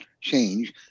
change